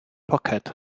poced